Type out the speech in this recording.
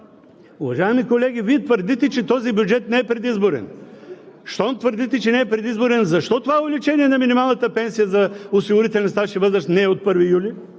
уважаеми колеги, Вие твърдите, че този бюджет не е предизборен! Щом твърдите, че не предизборен, защо това увеличение на минималната пенсия за осигурителен стаж и възраст не е от 1 юли?